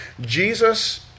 Jesus